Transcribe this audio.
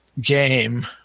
game